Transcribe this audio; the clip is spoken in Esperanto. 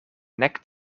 nek